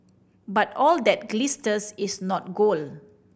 but all that glisters is not gold